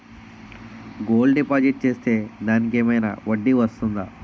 Gold deposit చేస్తే దానికి ఏమైనా వడ్డీ వస్తుందా?